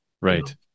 Right